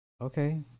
Okay